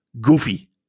goofy